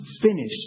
finished